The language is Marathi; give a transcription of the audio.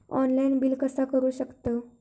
ऑनलाइन बिल कसा करु शकतव?